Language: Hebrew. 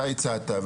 אתה הצעת,